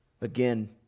Again